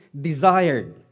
desired